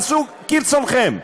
עשו כרצונכם,